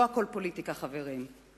לא הכול פוליטיקה, חברים.